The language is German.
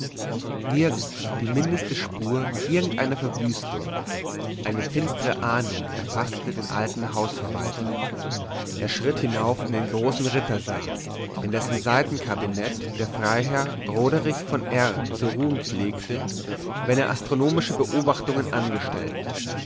nirgends die mindeste spur irgendeiner verwüstung eine finstere ahnung erfaßte den alten hausverwalter er schritt hinauf in den großen rittersaal in dessen seitenkabinett der freiherr roderich v r zu ruhen pflegte wenn er astronomische beobachtungen angestellt